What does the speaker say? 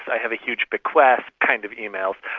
i have a huge bequest' kind of emails,